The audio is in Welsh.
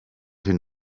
hyn